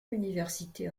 l’université